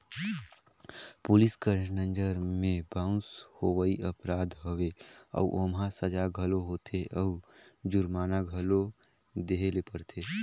police कर नंजर में बाउंस होवई अपराध हवे अउ ओम्हां सजा घलो होथे अउ जुरमाना घलो देहे ले परथे